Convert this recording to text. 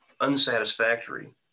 unsatisfactory